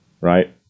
right